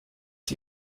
sie